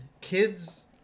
kids